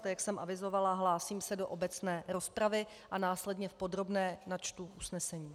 A jak jsem avizovala, hlásím se do obecné rozpravy a následně v podrobné načtu usnesení.